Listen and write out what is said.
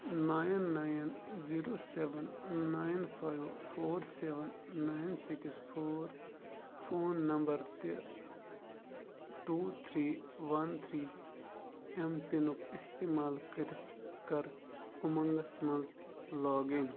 nine nine zero seven nine five four seven nine six four phone number تہِ two three one three ایم پِنُک استعمال کٔرتھ کر اُمنٛگس مَنٛز لاگ اِن